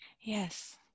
yes